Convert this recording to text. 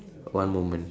one moment